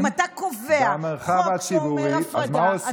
אם אתה קובע חוק שאומר הפרדה,